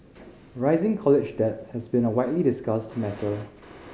rising college debt has been a widely discussed matter